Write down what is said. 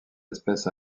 espèce